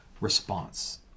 response